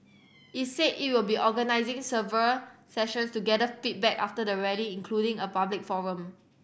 it said it will be organising several sessions to gather feedback after the Rally including a public forum